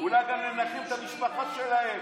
אולי גם לנחם את המשפחה שלהם?